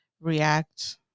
react